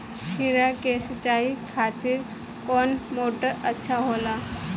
खीरा के सिचाई खातिर कौन मोटर अच्छा होला?